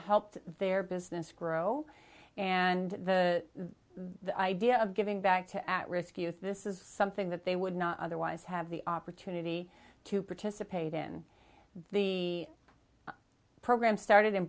helped their business grow and the the idea of giving back to at risk youth this is something that they would not otherwise have the opportunity to participate in the program started in